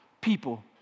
people